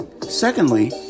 Secondly